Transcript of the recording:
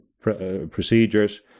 procedures